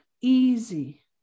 easy